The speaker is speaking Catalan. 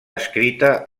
escrita